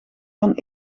van